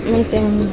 U turn